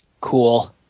Cool